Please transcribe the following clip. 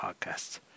podcast